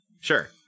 Sure